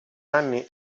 anni